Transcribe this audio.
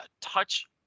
touch